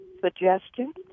suggestions